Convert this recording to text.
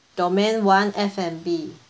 domain one F&B